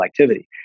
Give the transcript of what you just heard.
activity